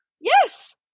Yes